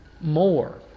more